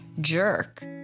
jerk